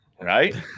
Right